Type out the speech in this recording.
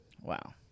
Wow